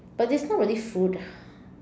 but this is not really food